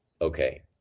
okay